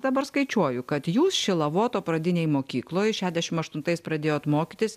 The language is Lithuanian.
dabar skaičiuoju kad jūs šilavoto pradinėj mokykloj šešdešim aštuntais pradėjot mokytis